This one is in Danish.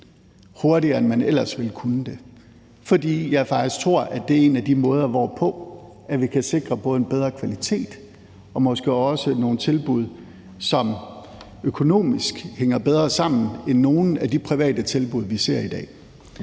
hurtigere, end man ellers ville kunne. For jeg tror faktisk, at det er en af de måder, hvorpå vi kan sikre både en bedre kvalitet og måske også nogle tilbud, som økonomisk hænger bedre sammen end nogle af de private tilbud, vi ser i dag.